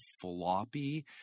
floppy